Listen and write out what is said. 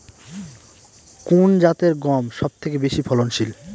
কোন জাতের গম সবথেকে বেশি ফলনশীল?